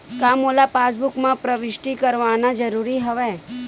का मोला पासबुक म प्रविष्ट करवाना ज़रूरी हवय?